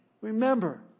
remember